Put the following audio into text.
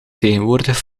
tegenwoordig